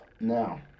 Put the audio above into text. now